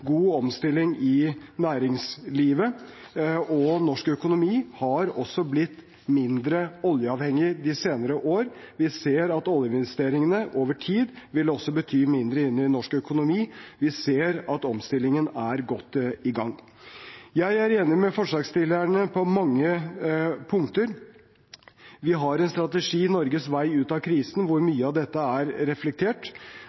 god omstilling i næringslivet, og norsk økonomi har også blitt mindre oljeavhengig de senere år. Vi ser at oljeinvesteringene over tid også vil bety mindre inn i norsk økonomi; vi ser at omstillingen er godt i gang. Jeg er enig med forslagsstillerne på mange punkter. Vi har en strategi, Norges vei ut av krisen, hvor